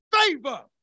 favor